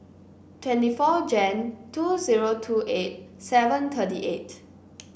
twenty four Jan two zero two eight seven thirty eight